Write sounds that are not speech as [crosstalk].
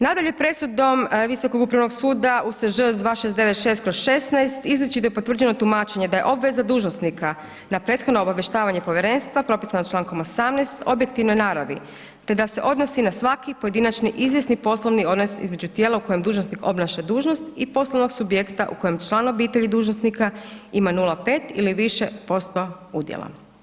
Nadalje presudom Visokog upravnog suda USŽ 2696/16 izričito je potvrđeno tumačenje da je obveza dužnosnika na prethodno obavještavanje povjerenstva propisano člankom 18. objektivne naravi te da se odnosi na svaki pojedinačni izvjesni poslovni ... [unintelligible] između tijela u kojem dužnosnik obnaša dužnost i poslovnog subjekta u kojem član obitelji dužnosnika ima 0,5 ili više posto udjela.